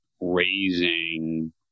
raising